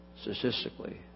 statistically